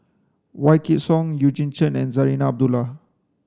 Wykidd Song Eugene Chen and Zarinah Abdullah